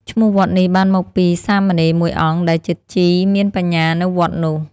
ឈ្មោះវត្តនេះបានមកពីសាមណេរមួយអង្គដែលជាជីមានបញ្ញានៅវត្តនោះ។